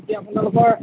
এতিয়া আপোনালোকৰ